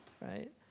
right